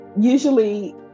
Usually